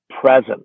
present